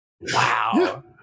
Wow